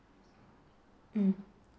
mm